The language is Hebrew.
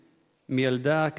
מילדה,